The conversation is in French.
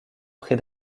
prêt